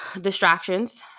distractions